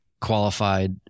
qualified